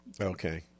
Okay